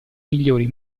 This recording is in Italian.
migliori